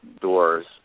doors